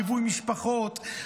ליווי משפחות,